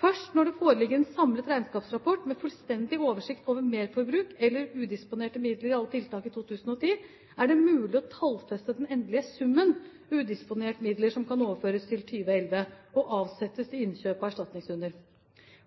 Først når det foreligger en samlet regnskapsrapport med fullstendig oversikt over merforbruk eller udisponerte midler i alle tiltak i 2010, er det mulig å tallfeste den endelige summen udisponerte midler som kan overføres til 2011 og avsettes til innkjøp av erstatningshunder.